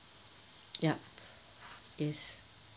yup yes